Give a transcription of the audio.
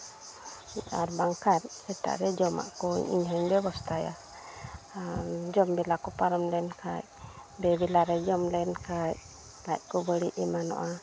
ᱟᱨ ᱵᱟᱝᱠᱷᱟᱡ ᱮᱴᱟᱜ ᱨᱮ ᱡᱚᱢᱟᱜ ᱠᱚ ᱤᱧ ᱦᱚᱸᱧ ᱵᱮᱵᱚᱥᱛᱷᱟᱭᱟ ᱟᱨ ᱡᱚᱢ ᱵᱮᱞᱟ ᱠᱚ ᱯᱟᱨᱚᱢ ᱞᱮᱱᱠᱷᱟᱡ ᱵᱮᱼᱵᱮᱞᱟ ᱨᱮ ᱡᱚᱢ ᱞᱮᱱᱠᱷᱟᱡ ᱞᱟᱡ ᱠᱚ ᱵᱟᱹᱲᱤᱡ ᱮᱢᱟᱱᱚᱜᱼᱟ